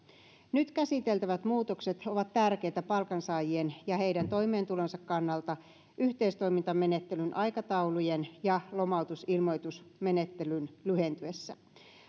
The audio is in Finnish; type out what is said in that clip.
nyt käsiteltävät muutokset ovat tärkeitä palkansaajien ja heidän toimeentulonsa kannalta yhteistoimintamenettelyn aikataulujen ja lomautusilmoitusmenettelyn lyhentyessä